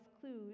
clues